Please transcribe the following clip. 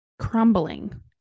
crumbling